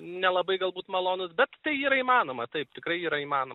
nelabai galbūt malonūs bet tai yra įmanoma taip tikrai yra įmanom